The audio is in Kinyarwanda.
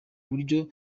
buryo